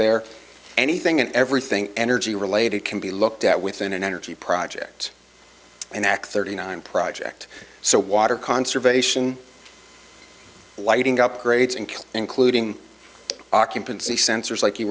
they're anything and everything energy related can be looked at within an energy project and that thirty nine project so water conservation lighting upgrades and including occupancy sensors like you